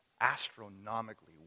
astronomically